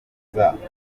inyandiko